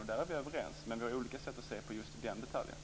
Där är vi överens, men vi har olika sätt att se på just den detaljen.